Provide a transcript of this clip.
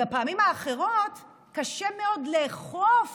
ובפעמים אחרות קשה מאוד לאכוף